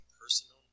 personal